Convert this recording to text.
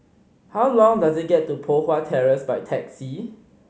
how long does it get to Poh Huat Terrace by taxi